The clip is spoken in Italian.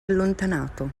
allontanato